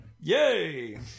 yay